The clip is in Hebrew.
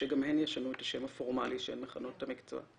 שגם הן ישנו את השם הפורמלי שהן מכנות את המקצוע.